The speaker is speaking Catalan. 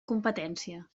competència